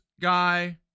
guy